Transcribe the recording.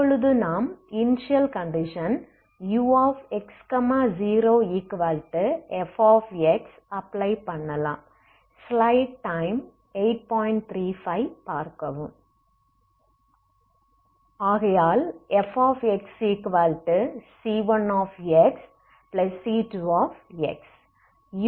இப்பொழுது நாம் initial condition ux0fx apply பண்ணலாம்